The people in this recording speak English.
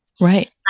Right